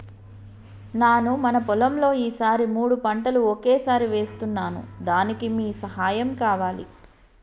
నాను మన పొలంలో ఈ సారి మూడు పంటలు ఒకేసారి వేస్తున్నాను దానికి మీ సహాయం కావాలి